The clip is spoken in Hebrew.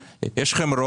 יש לכם 64 מנדטים,